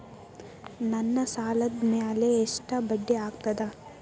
ನನ್ನ ಸಾಲದ್ ಮ್ಯಾಲೆ ಎಷ್ಟ ಬಡ್ಡಿ ಆಗ್ತದ?